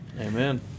Amen